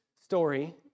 story